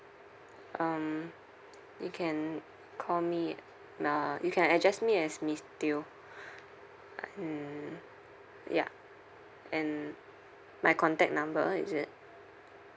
um you can call me uh you can address me as miss teo mm ya and my contact number is it